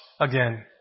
again